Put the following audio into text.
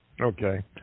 Okay